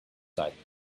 silently